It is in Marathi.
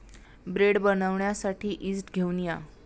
ब्रेड बनवण्यासाठी यीस्ट घेऊन या